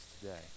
today